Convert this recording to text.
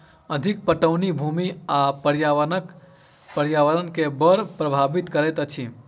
अधिक पटौनी भूमि आ पर्यावरण के बड़ प्रभावित करैत अछि